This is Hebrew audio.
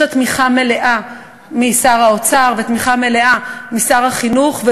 יש לה תמיכה מלאה משר האוצר ותמיכה מלאה משר החינוך,